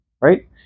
right